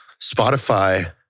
Spotify